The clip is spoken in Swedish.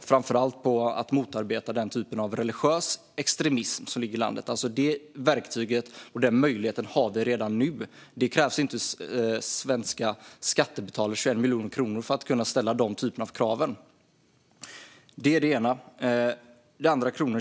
framför allt på ett motarbetande av den typ av religiös extremism som finns i landet. Detta verktyg och denna möjlighet finns redan nu. Det krävs inte 21 miljoner svenska skattekronor för att kunna ställa denna typ av krav.